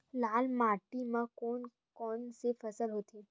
लाल माटी म कोन कौन से फसल होथे?